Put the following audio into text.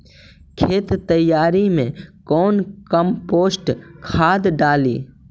खेत तैयारी मे कौन कम्पोस्ट खाद डाली?